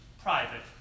private